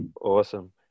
awesome